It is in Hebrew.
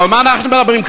על מה אנחנו מדברים?